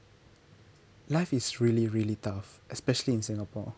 life is really really tough especially in singapore